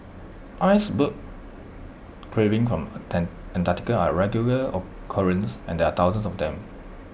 icebergs calving from Antarctica are A regular occurrence and there are thousands of them